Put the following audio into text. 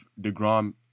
DeGrom